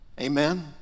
Amen